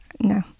no